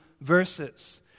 verses